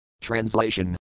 Translation